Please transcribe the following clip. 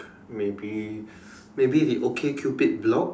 maybe maybe the okay cupid block